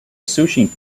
sushi